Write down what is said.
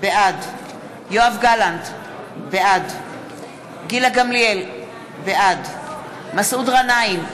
בעד יואב גלנט, בעד גילה גמליאל, בעד מסעוד גנאים,